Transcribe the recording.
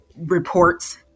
reports